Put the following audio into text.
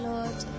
Lord